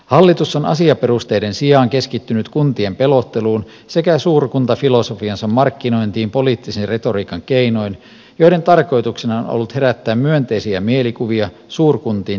hallitus on asiaperusteiden sijaan keskittynyt kuntien pelotteluun sekä suurkuntafilosofiansa markkinointiin poliittisen retoriikan keinoin joiden tarkoituksena on ollut herättää myönteisiä mielikuvia suurkuntiin tähtäävästä uudistuksesta